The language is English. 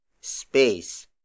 space